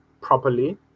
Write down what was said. properly